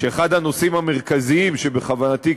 שאחד הנושאים המרכזיים שבכוונתי,